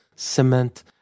cement